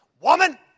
woman